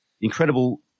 incredible